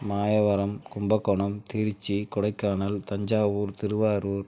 Mayavaram Kumbakonam Trichy Kodaikanal Thanjavur Thiruvarur